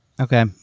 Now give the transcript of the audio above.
Okay